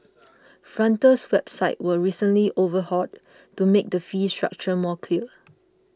frontier's website was recently overhauled to make the fee structure more clear